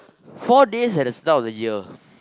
four days at the start of the year